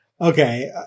Okay